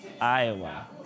Iowa